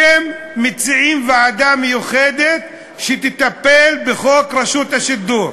אתם מציעים ועדה מיוחדת שתטפל בחוק רשות השידור,